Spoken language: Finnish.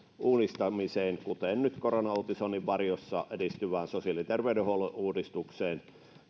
uudistamiseen kuten nyt koronauutisoinnin varjossa edistyvään sosiaali ja terveydenhuollon uudistukseen